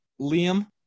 Liam